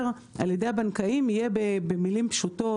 על ידי הבנקאים יהיה במילים פשוטות,